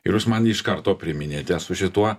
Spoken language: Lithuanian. ir jūs man iš karto priminėte su šituo